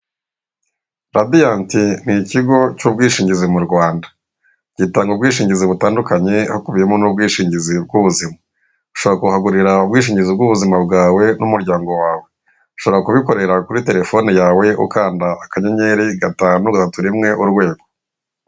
Radiyenti ni ikigo cy'ubwishingizi mu Rwanda gitanga ubwishingizi butandukanye hakubiyemo n'ubwishingizi bw'ubuzima, ushobora kuhagurira ubwishingizi bw'ubuzima bwawe n'umuryango wawe, ushobora kubikorera kuri terefone yawe ukanda akanyenyeri gatanu gatatu rimwe urwego.